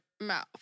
mouth